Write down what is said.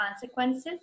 consequences